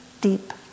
deep